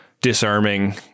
disarming